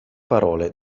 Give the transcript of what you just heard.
parole